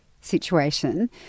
situation